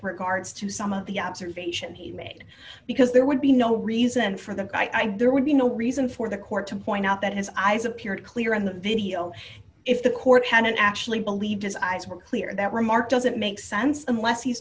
regards to some of the observation he made because there would be no reason for the guy and there would be no reason for the court to point out that his eyes appeared clear in the video if the court hadn't actually believed his eyes were clear that remark doesn't make sense unless he's